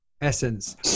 Essence